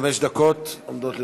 חמש דקות עומדות לרשותך.